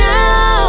Now